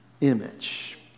image